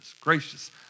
gracious